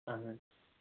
اَہَن حظ